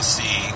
see